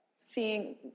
seeing